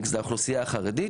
לאוכלוסייה החרדים,